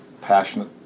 passionate